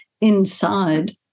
inside